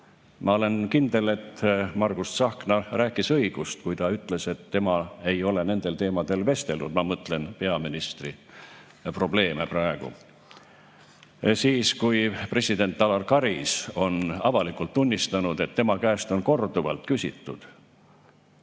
Ma olen kindel, et Margus Tsahkna rääkis õigust, kui ta ütles, et tema ei ole nendel teemadel vestelnud. Ma mõtlen peaministri probleeme praegu. Aga kui president Alar Karis on avalikult tunnistanud, et tema käest on korduvalt küsitud,